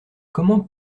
comment